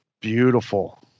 Beautiful